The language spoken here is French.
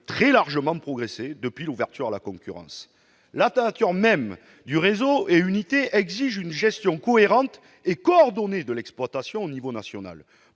très largement progressé depuis l'ouverture à la concurrence. La nature même du réseau exige une gestion cohérente et coordonnée de l'exploitation au niveau national.